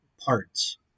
parts